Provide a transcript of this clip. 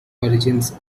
origins